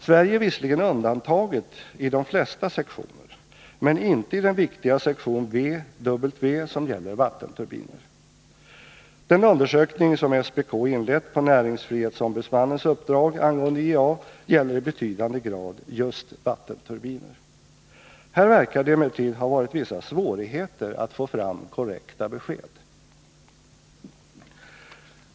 Sverige är visserligen undantaget i de flesta sektioner, men inte i den viktiga sektion W som gäller vattenturbiner. Den undersökning som SPK inlett på näringsfrihetsombudsmannens uppdrag angående IEA gäller i betydande grad just vattenturbiner. Här verkar det emellertid ha varit vissa svårigheter att få fram korrekta besked.